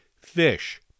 fish